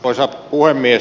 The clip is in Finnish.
arvoisa puhemies